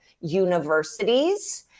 universities